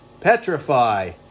petrify